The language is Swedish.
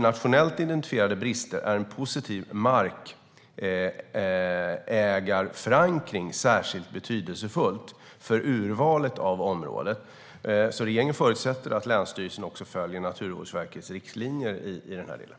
För nationellt identifierade brister är en positiv markägarförankring särskilt betydelsefullt för urvalet av området. Regeringen förutsätter att länsstyrelsen följer Naturvårdsverkets riktlinjer i den här delen.